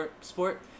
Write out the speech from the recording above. sport